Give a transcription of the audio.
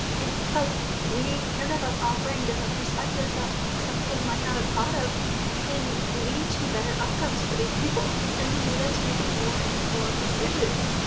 it's because we care about offering different perspectives that some people might not have thought of that can lead to better outcomes for these people and can lead them to making more informed decisions.